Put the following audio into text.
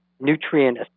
nutrient